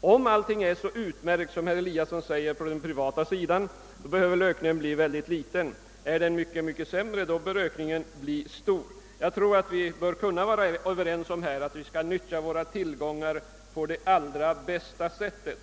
Om allting inom den privata sektorn är så utmärkt som herr Eliasson vill göra gällande, behöver väl ökningen av statens ägande inte bli så stor. Är det mycket dåligt ställt bör däremot ökningen bli stor. Jag tror att vi bör kunna vara överens om att vi skall nyttja våra tillgångar på bästa sätt.